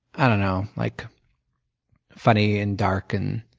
i don't know. like funny and dark and,